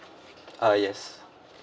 ah yes